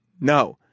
No